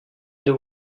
the